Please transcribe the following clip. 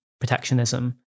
protectionism